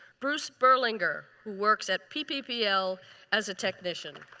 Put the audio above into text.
bruce berlinger who works at pppl as a technician.